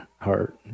heart